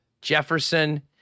Jefferson